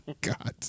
God